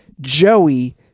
Joey